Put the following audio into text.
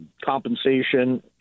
compensation